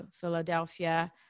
Philadelphia